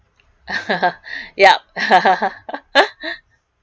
yup